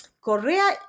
Correa